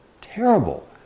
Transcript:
Terrible